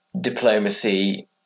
diplomacy